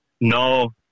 No